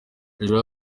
hejuru